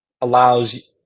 allows